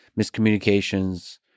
miscommunications